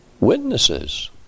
witnesses